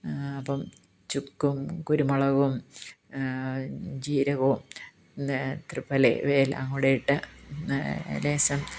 അപ്പം ചുക്കും കുരുമുളകും ജീരകവും ന്നേ ത്രിഫല ഇവയെല്ലാം കൂടെ ഇട്ട്